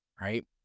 right